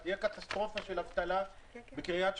תהיה קטסטרופה של אבטלה בקרית שמונה,